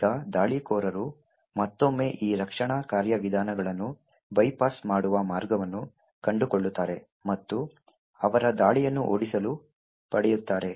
ಈಗ ದಾಳಿಕೋರರು ಮತ್ತೊಮ್ಮೆ ಈ ರಕ್ಷಣಾ ಕಾರ್ಯವಿಧಾನಗಳನ್ನು ಬೈಪಾಸ್ ಮಾಡುವ ಮಾರ್ಗವನ್ನು ಕಂಡುಕೊಳ್ಳುತ್ತಾರೆ ಮತ್ತು ಅವರ ದಾಳಿಯನ್ನು ಓಡಿಸಲು ಪಡೆಯುತ್ತಾರೆ